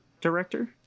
director